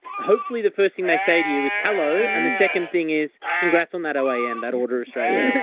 hopefully the first thing they say to you is, hello, and the second thing is, congrats on that o a m that ordered australia